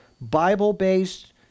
Bible-based